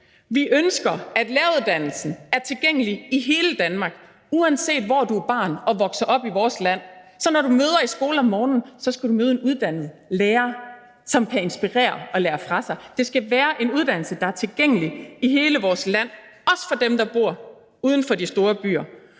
Vi ønsker, at læreruddannelsen er tilgængelig i hele Danmark, uanset hvor i vores land du er barn og vokset op, så når du møder i skolen om morgenen, skal du møde en uddannet lærer, som kan inspirere og lære fra sig. Det skal være en uddannelse, der er tilgængelig i hele vores land, også for dem, der bor uden for de store byer,